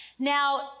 Now